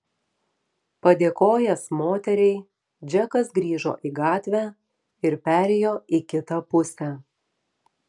padėkojęs moteriai džekas grįžo į gatvę ir perėjo į kitą pusę